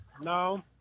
No